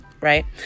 right